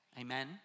Amen